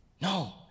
No